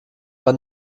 war